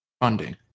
funding